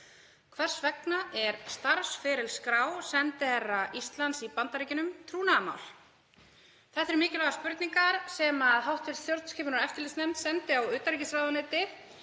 Hvers vegna er starfsferilskrá sendiherra Íslands í Bandaríkjunum trúnaðarmál? Þetta eru mikilvægar spurningar sem hv. stjórnskipunar- og eftirlitsnefnd sendi á utanríkisráðuneytið